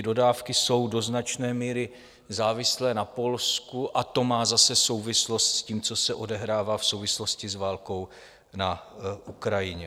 Dodávky jsou do značné míry závislé na Polsku a to má zase souvislost s tím, co se odehrává v souvislosti s válkou na Ukrajině.